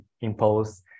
impose